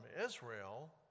Israel